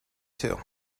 too